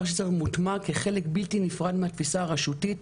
שצריך להיות מוטמע כחלק בלתי נפרד מהתפיסה הרשותית.